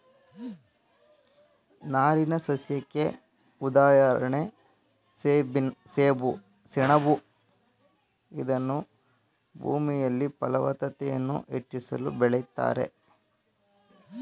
ನಾರಿನಸಸ್ಯಕ್ಕೆ ಉದಾಹರಣೆ ಸೆಣಬು ಇದನ್ನೂ ಭೂಮಿಯಲ್ಲಿ ಫಲವತ್ತತೆಯನ್ನು ಹೆಚ್ಚಿಸಲು ಬೆಳಿತಾರೆ